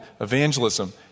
evangelism